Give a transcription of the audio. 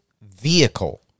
vehicle